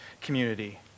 community